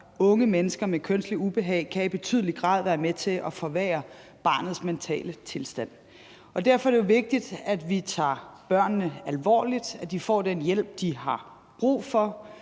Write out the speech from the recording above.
unge mennesker med kønsligt ubehag kan i betydelig grad være med til at forværre barnets mentale tilstand. Derfor er det jo vigtigt, at vi tager børnene alvorligt, at de får den hjælp, de har brug for,